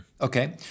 Okay